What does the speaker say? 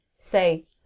say